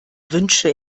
wünsche